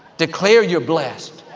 declare you're blessed,